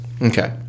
Okay